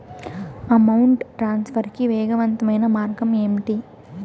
amount transfer కి వేగవంతమైన మార్గం ఏంటి